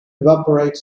evaporate